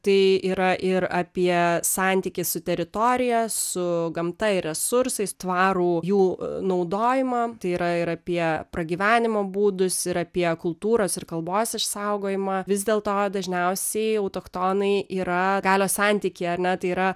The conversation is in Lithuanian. tai yra ir apie santykį su teritorija su gamta resursais tvarų jų naudojimą tai yra ir apie pragyvenimo būdus ir apie kultūros ir kalbos išsaugojimą vis dėl to dažniausiai autochtonai yra galios santykiai ar ne tai yra